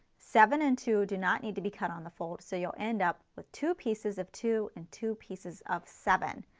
seven and two do not need to be cut on the fold so you'll end up with two pieces of two and two pieces of seven.